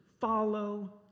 Follow